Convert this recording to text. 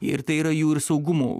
ir tai yra jų ir saugumų